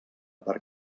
per